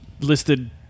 Listed